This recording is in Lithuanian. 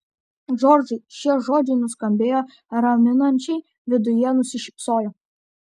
džordžai šie žodžiai nuskambėjo raminančiai viduje nusišypsojo